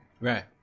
Right